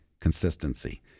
consistency